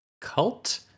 cult